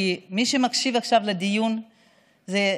כי מי שמקשיב עכשיו לדיון זאת